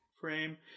frame